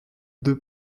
deux